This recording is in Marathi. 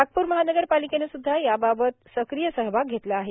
नागपूर महानगरपालिकेनं स्द्धा याबाबत सक्रीय सहभाग घेतला आहे